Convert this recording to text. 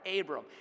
Abram